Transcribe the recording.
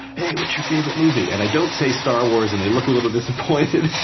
hey, what's your favorite movie? and i don't say star wars, and they look a little disappointed,